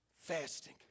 fasting